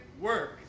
work